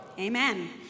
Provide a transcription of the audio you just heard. Amen